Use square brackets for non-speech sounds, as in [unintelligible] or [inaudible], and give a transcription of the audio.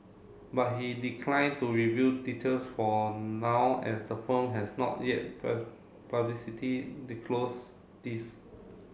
but he declined to reveal details for now as the firm has not yet [unintelligible] these